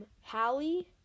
Hallie